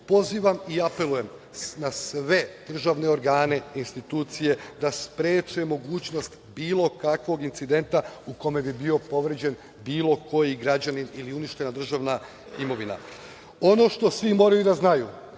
pozivam i apelujem na sve državne organe i institucije da spreče mogućnost bilo kakvog incidenta u kome bi bio povređen bilo koji građanin ili uništena državne imovina. Ono što svi moraju da znaju,